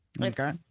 Okay